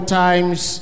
times